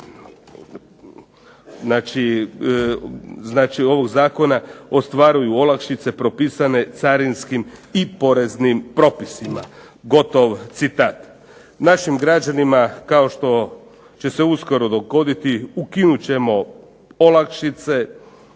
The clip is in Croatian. znači ovog zakona ostvaruju olakšice propisane carinskim i poreznim propisima, gotov citat. Našim građanima kao što će se uskoro dogoditi ukinut ćemo olakšice,